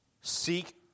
Seek